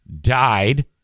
died